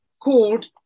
called